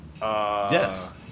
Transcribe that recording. Yes